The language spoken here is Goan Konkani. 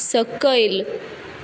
सकयल